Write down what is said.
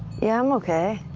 yeah, i'm okay.